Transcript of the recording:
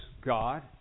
God